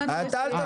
אתה אל תפריע.